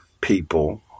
people